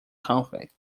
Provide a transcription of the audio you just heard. conflict